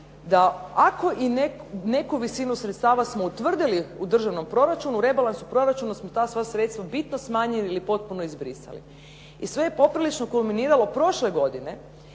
da ako i neku visinu sredstava smo utvrdili u Državnom proračunu, u rebalansu proračuna smo ta sva sredstva bitno smanjili ili potpuno izbrisali. I sve je poprilično kulminiralo prošle godine